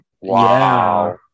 Wow